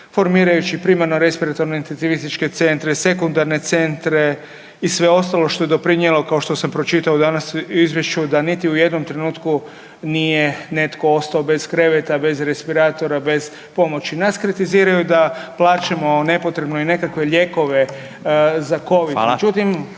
formirajući primarno respiratorne .../Govornik se ne razumije./... sekundarne centre, i sve ostalo što je doprinijelo, kao što sam pročitao danas u Izvješću da niti u jednom trenutku nije netko ostao bez kreveta, bez respiratora, bez pomoći. Nas kritiziraju da plaćamo nepotrebno i nekakve lijekove za Covid,